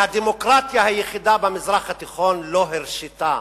והדמוקרטיה היחידה במזרח התיכון לא הרשתה